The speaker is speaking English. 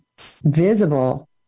visible